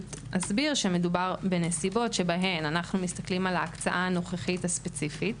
מדובר בנסיבות שבהן אנחנו מסתכלים על ההקצאה הנוכחית הספציפית,